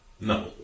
No